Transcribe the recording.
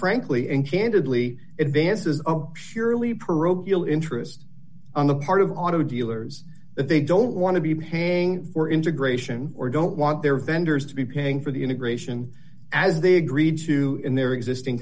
frankly and candidly advances up sheerly parochial interest on the part of auto dealers that they don't want to be paying for integration or don't want their vendors to be paying for the integration as they agreed to in their existing